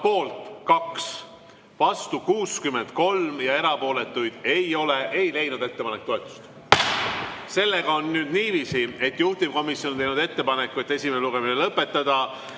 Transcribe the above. poolt 2, vastu 63 ja erapooletuid ei ole, ei leidnud ettepanek toetust. Sellega on nüüd niiviisi, et juhtivkomisjon on teinud ettepaneku esimene lugemine lõpetada.